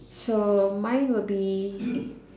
so mine will be